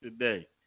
today